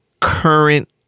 current